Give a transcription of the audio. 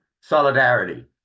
solidarity